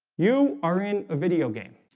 you are in a video game